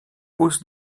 hausse